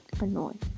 annoying